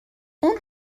اون